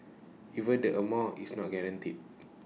even this amount is not guaranteed